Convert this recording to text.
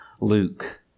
Luke